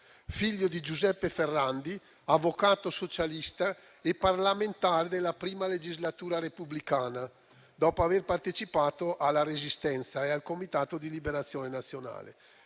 figlio di Giuseppe Ferrandi, avvocato socialista e divenuto parlamentare della I legislatura repubblicana, dopo aver partecipato alla Resistenza e al Comitato di liberazione nazionale.